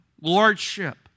lordship